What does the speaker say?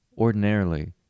Ordinarily